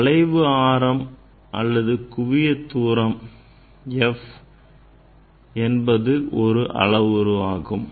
வளைவு ஆரம் r அல்லது குவியத் தூரம் F என்பது ஒரு அளவுரு ஆகும்